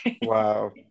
Wow